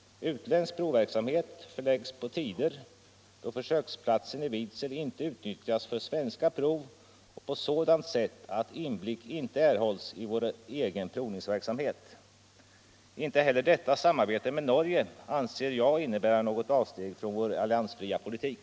Utländsk provverksamhet förläggs till tider då försöksplatsen i Vidsel inte utnyttjas för svenska prov och på sådant sätt att inblick inte erhålls I vår egen provningsverksamhet. Inte heller detta samarbete med Norge anser jag innebära något avsteg från vår alliansfria politik.